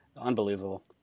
Unbelievable